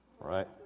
right